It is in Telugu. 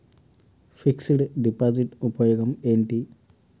ఫిక్స్ డ్ డిపాజిట్ ఉపయోగం ఏంటి?